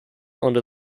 under